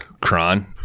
Kron